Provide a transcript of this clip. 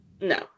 No